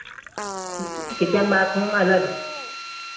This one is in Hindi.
किचन बाथरूम अलग